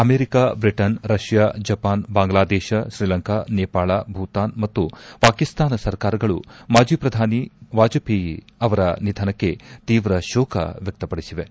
America Britain Russia Japan Bangladesh Sri Lanka Nepal Bhutan ಮತ್ತು ಪಾಕಿಸ್ತಾನ ಸರ್ಕಾರಗಳು ಮಾಜಿ ಪ್ರಧಾನಿ ವಾಜಪೇಯಿ ಅವರ ನಿಧನಕ್ಕೆ ತೀವ್ರ ಶೋಕ ವ್ಯಕ್ತಪಡಿಸಿವೆ